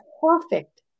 perfect